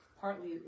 partly